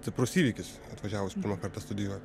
stiprus įvykis atvažiavus pirmą kartą studijuot